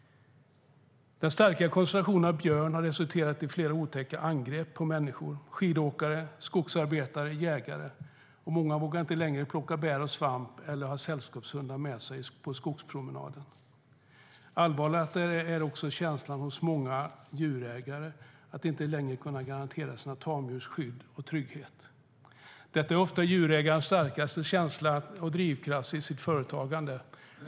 Den starka koncentrationen av björn har resulterat i flera otäcka angrepp på människor: skidåkare, skogsarbetare och jägare. Många vågar inte längre plocka bär och svamp eller ha sällskapshunden med sig på skogspromenader. Allvarlig är också känslan hos många djurägare att inte längre kunna garantera sina tamdjur skydd och trygghet. Detta är ofta djurägarens starkaste känsla och drivkraft i sitt företagande.